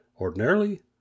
Ordinarily